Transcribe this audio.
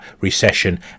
recession